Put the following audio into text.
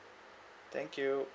thank you